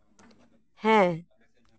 ᱦᱮᱸ